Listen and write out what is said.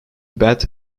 bat